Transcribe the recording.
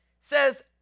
says